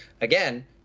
Again